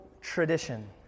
tradition